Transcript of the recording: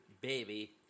Baby